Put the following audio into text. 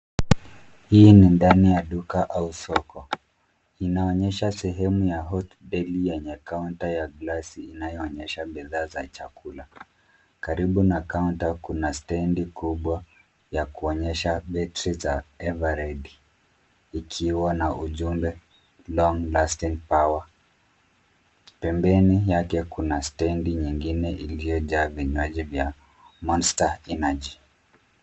Hii ni ndani ya duka au soko. Inaonyesha sehemu ya Hot Deli yenye kaunta ya glasi inayoonyesha bidhaa za chakula. Karibu na kaunta kuna stendi kubwa ya kuonyesha battery za eveready ikiwa na ujumbe long lasting power . Pembeni yake kuna stendi nyingine iliyojaa vinywaji vya Monster energy.